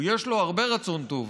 יש לו הרבה רצון טוב,